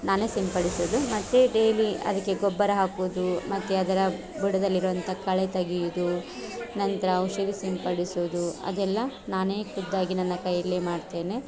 ನಾನೇ ಸಿಂಪಡಿಸುವುದು ಮತ್ತು ಡೈಲಿ ಅದಕ್ಕೆ ಗೊಬ್ಬರ ಹಾಕುವುದು ಮತ್ತು ಅದರ ಬುಡದಲ್ಲಿರುವಂತ ಕಳೆ ತೆಗೆಯುವುದು ನಂತರ ಔಷಧಿ ಸಿಂಪಡಿಸುವುದು ಅದೆಲ್ಲ ನಾನೇ ಖುದ್ದಾಗಿ ನನ್ನ ಕೈಯಲ್ಲೇ ಮಾಡ್ತೇನೆ